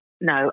No